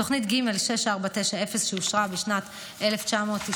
בתוכנית ג/6490, שאושרה בשנת 1994,